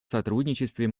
сотрудничестве